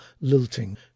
lilting